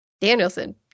Danielson